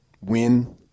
win